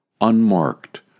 unmarked